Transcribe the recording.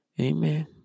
Amen